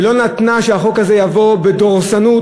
ולא נתנה שהחוק הזה יבוא בדורסנות,